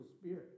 spirit